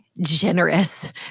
generous